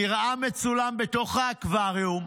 נראה מצולם בתוך האקווריום,